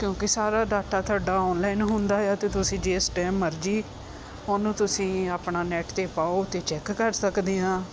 ਕਿਉਂਕਿ ਸਾਰਾ ਡਾਟਾ ਤੁਹਾਡਾ ਆਨਲਾਈਨ ਹੁੰਦਾ ਆ ਅਤੇ ਤੁਸੀਂ ਜਿਸ ਟਾਈਮ ਮਰਜ਼ੀ ਉਹਨੂੰ ਤੁਸੀਂ ਆਪਣਾ ਨੈੱਟ 'ਤੇ ਪਾਓ ਅਤੇ ਚੈੱਕ ਕਰ ਸਕਦੇ ਹਾਂ